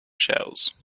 shells